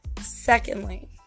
Secondly